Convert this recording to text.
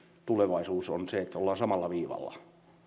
tulevaisuus on olla samalla viivalla